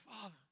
father